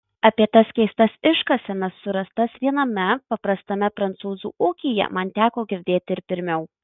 apie tas keistas iškasenas surastas viename paprastame prancūzų ūkyje man teko girdėti ir pirmiau